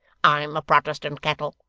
i'm a protestant kettle,